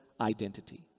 identity